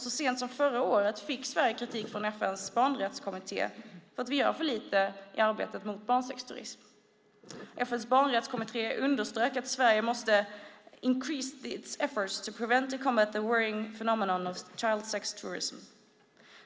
Så sent som förra året fick Sverige kritik från FN:s barnrättskommitté för att man gör för lite i arbetet mot barnsexturism. FN:s barnrättskommitté underströk att Sverige måste "increase its efforts to prevent and combat the worrying phenomenon of child sex tourism".